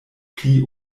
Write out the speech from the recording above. pli